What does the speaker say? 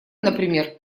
например